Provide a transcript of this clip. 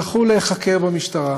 זכו להיחקר במשטרה